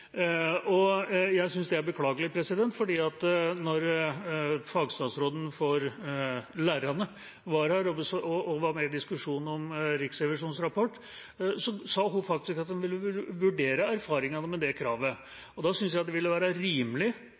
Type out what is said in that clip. Jeg synes det er beklagelig, for da fagstatsråden for lærerne var her og var med i diskusjonen om Riksrevisjonens rapport, sa hun faktisk at hun ville vurdere erfaringene med det kravet. Da synes jeg det ville være rimelig